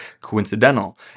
coincidental